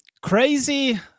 Crazy